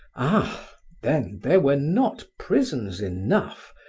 ah! then there were not prisons enough,